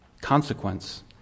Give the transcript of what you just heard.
consequence